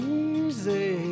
easy